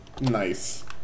Nice